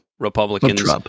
Republicans